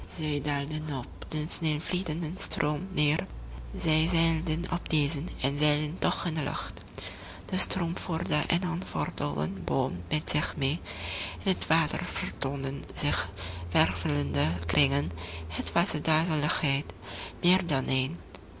den snelvlietenden stroom neer zij zeilden op dezen en zeilden toch in de lucht de stroom voerde een ontwortelden boom met zich mee in het water vertoonden zich wervelende kringen het was de duizeligheid meer dan